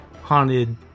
Haunted